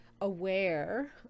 aware